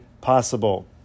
possible